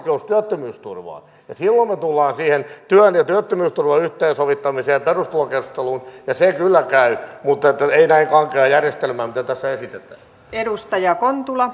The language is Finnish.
silloin me tulemme siihen työn ja työttömyysturvan yhteensovittamiseen ja perustulokeskusteluun ja se kyllä käy mutta ei näin kankea järjestelmä mitä tässä esitetään